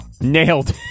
Nailed